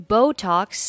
Botox